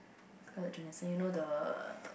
Scarlet-Johanson you know the